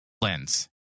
lens